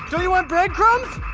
don't you want bread crumbs?